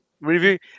Review